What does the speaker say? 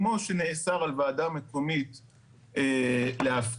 כמו שנאסר על ועדה מקומית להפקיע,